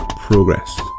Progress